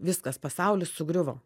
viskas pasaulis sugriuvo